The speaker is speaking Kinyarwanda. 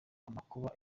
amakuba